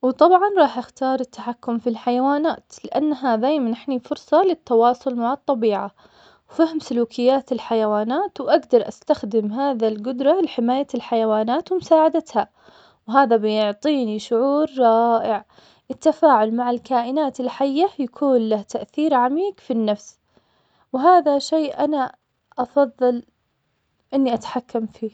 وطبعا راح أختار التحكم في الحيوانات, لأن هذا يمنحني فرصة للتواصل مع الطبيعة, وفهم سلوكيات الحيوانات, وأقدر أستخدم هذه القدرة لحماية الحيوانات ومساعدتها, وهذا بيعطيني شعور رائع, التفاعل مع الكائنات الحية يكون له تأثير عميق في النفس, وهذا شئ أنا أفضل إني أتحكم فيه.